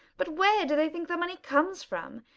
but where do they think the money comes from?